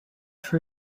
for